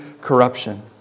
corruption